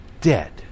dead